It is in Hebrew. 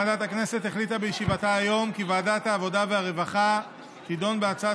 ועדת הכנסת החליטה בישיבתה היום כי ועדת העבודה והרווחה תדון בהצעת